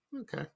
Okay